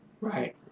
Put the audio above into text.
Right